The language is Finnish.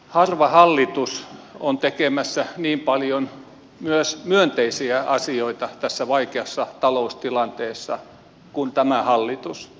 harva hallitus on tässä vaikeassa taloustilanteessa tekemässä niin paljon myös myönteisiä asioita kuin tämä hallitus